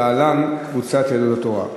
להלן: קבוצת סיעת יהדות התורה.